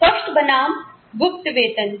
स्पष्ट बनाम गुप्त वेतन